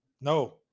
no